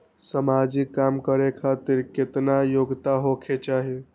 समाजिक काम करें खातिर केतना योग्यता होके चाही?